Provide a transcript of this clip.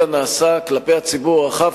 אלא נעשה כלפי הציבור הרחב,